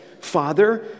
Father